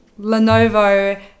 Lenovo